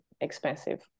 expensive